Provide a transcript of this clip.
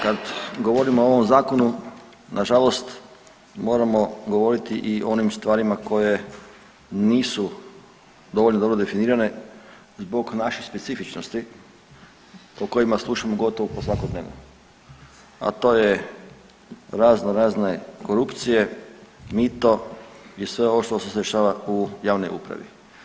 Kad govorimo o ovom zakonu, na žalost moramo ogovoriti i o onim stvarima koje nisu dovoljno dobro definirane zbog naših specifičnosti o kojima slušamo gotovo pa svakodnevno, a to je razno razne korupcije, mito i sve ovo što se dešava u javnoj upravi.